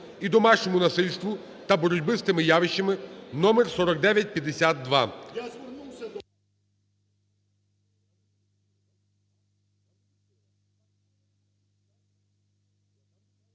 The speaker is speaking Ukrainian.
і домашньому насильству та боротьби з тими явищами (номер 4952).